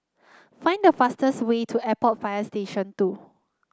find the fastest way to Airport Fire Station Two